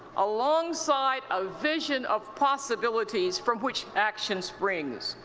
along side a vision of possibilities from which actions springs,